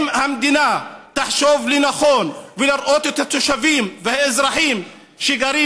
אם המדינה תחשוב לנכון לראות את התושבים והאזרחים שגרים